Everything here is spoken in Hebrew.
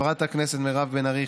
חברת הכנסת מירב בן ארי,